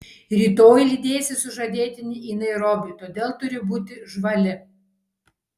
rytoj lydėsi sužadėtinį į nairobį todėl turi būti žvali